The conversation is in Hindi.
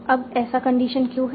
अब ऐसा कंडीशन क्यों है